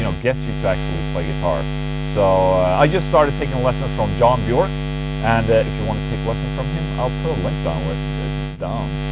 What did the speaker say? you know get you to actually play guitar so, i just started taking lessons from john bjork and if you want to take lessons from him, i'll put a link down th down.